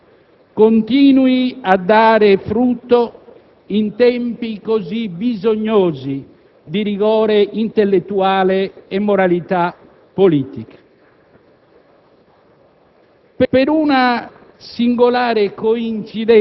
Auguriamoci che il suo esempio continui a dare frutti in tempi così bisognosi di rigore intellettuale e moralità politica.